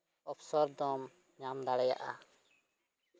ᱚᱯᱥᱚᱨ ᱫᱚᱢ ᱧᱟᱢ ᱫᱟᱲᱮᱭᱟᱜᱼᱟ